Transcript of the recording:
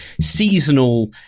seasonal